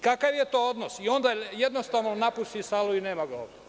Kakav je to odnos, onda jednostavno napusti salu i nema ga ovde.